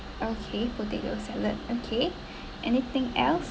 okay potato salad okay anything else